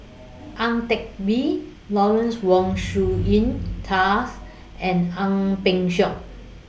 Ang Teck Bee Lawrence Wong Shyun Tsai and Ang Peng Siong